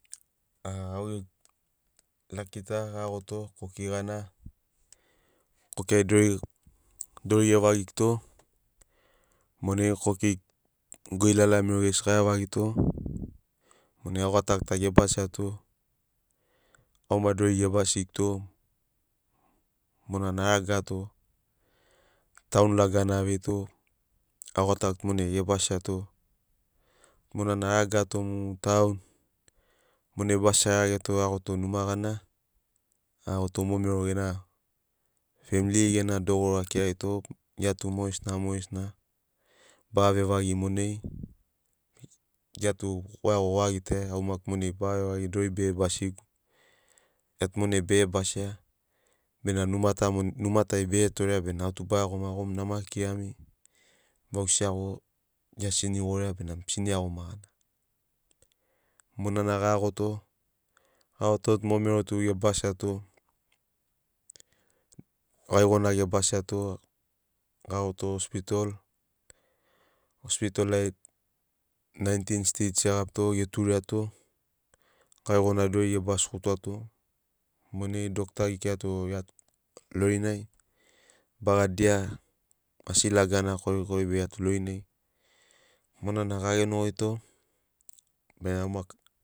au gegu laki ta a iagoto koki gana ai dori gevagiguto monai koki goilala merori gesi gavevagito monai au gatagu ta gebasiato au maki dori gebasiguto monana aragato taon lagana aveito au gatagu monai gebasiato. Monana aragato mu taon monai basi ai arageto aiagoto numa gana aiagoto mo mero gena femli gena dogoro akrarito gia tu moges na moges na baga vevagi monai gia tu goiago goagitaia au maki monai baga vevagi bena dori bege basigu gia tu monai bege basia bena numa tai bege torea bena au tu baiagoma gom nama kirami vau siago gia sini goria bena sini iagoma. Monana gaiagoto gaiagoto tu mo mero tu gebasiato gaigona gebasiato gaiagoto ospitol, ospitol ai naintin stich egabito guturiato gaigona dori gebasigutuato monai dokta gekirato gia tu lorinai baga asi lagana korikori be gia tu lorinai monana gagenogoito bena au maki.